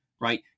right